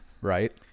right